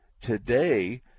Today